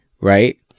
Right